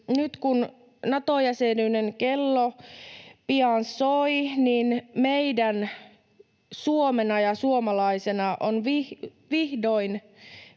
nyt, kun Nato-jäsenyyden kello pian soi, meidän Suomena ja suomalaisina on vihdoin